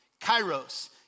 Kairos